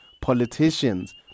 politicians